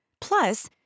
Plus